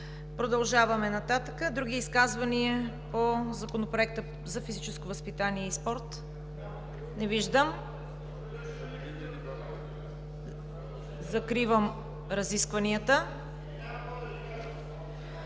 Продължаваме нататък. Други изказвания по Законопроекта за физическото възпитание и спорта? Не виждам. Закривам разискванията.